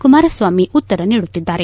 ಕುಮಾರಸ್ವಾಮಿ ಉತ್ತರ ನೀಡುತ್ತಿದ್ದಾರೆ